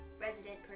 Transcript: resident